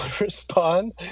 respond